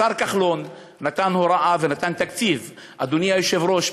השר כחלון נתן הוראה ונתן תקציב, אדוני היושב-ראש.